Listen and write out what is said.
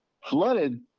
flooded